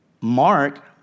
Mark